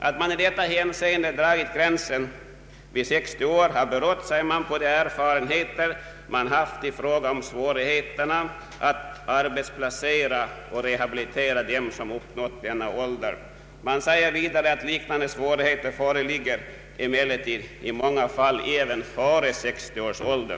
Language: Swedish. Att man i detta hänseende dragit gränsen vid 60 år sägs ha berott på de erfarenheter man haft av svårigheterna att arbetsplacera och rehabilitera dem som uppnått denna ålder. Man säger vidare att liknande svårigheter föreligger i många fall även före 60 års ålder.